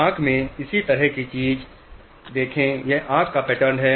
आंख में इसी तरह की चीज को देखिए यह आंख का पैटर्न है